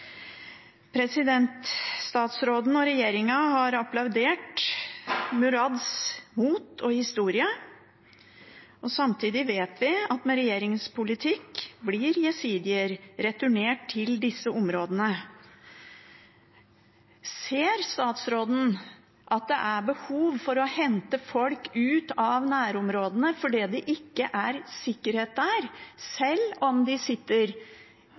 Statsråden og regjeringen har applaudert Murads mot og historie. Samtidig vet vi at med regjeringens politikk blir jesidier returnert til disse områdene. Ser statsråden at det er behov for å hente folk ut av nærområdene fordi det ikke er sikkerhet der, selv om de sitter